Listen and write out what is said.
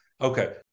Okay